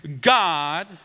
God